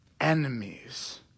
enemies